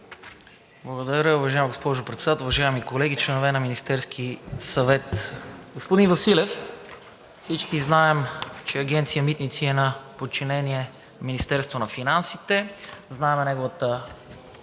Благодаря, уважаема госпожо Председател. Уважаеми колеги, членове на Министерския съвет! Господин Василев, всички знаем, че Агенция „Митници“ е на подчинение на Министерството на финансите, знаем важната